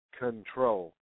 control